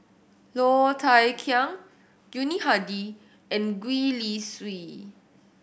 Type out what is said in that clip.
Low Thia Khiang Yuni Hadi and Gwee Li Sui